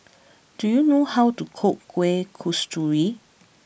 do you know how to cook Kueh Kasturi